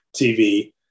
TV